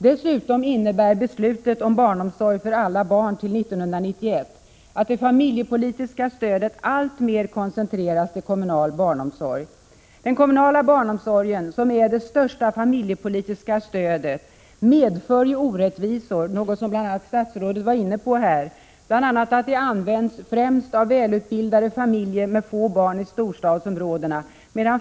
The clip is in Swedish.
Dessutom innebär beslutet om barnomsorg för alla barn till 1991 att det familjepolitiska stödet alltmer koncentreras till kommunal barnomsorg. Den kommunala barnomsorgen, som är det största familjepolitiska stödet, medför orättvisor. Det var också statsrådet inne på här. Den används främst av välutbildade familjer med få barn i storstadsområdena.